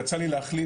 יצא לי להחליף,